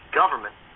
government